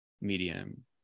medium